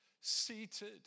seated